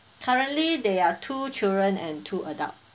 currently there are two children and two adult